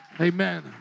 Amen